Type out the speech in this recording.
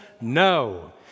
No